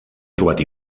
trobat